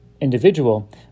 individual